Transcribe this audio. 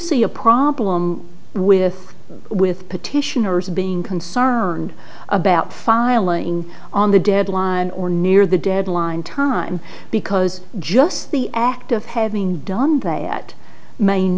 see a problem with with petitioners being concerned about final laying on the deadline or near the deadline time because just the act of having done that ma